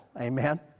Amen